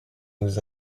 nous